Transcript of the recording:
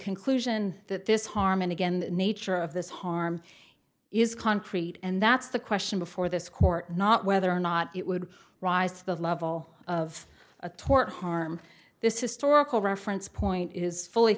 conclusion that this harm and again the nature of this harm is concrete and that's the question before this court not whether or not it would rise to the level of a tort harm this is storable reference point is fully